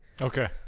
okay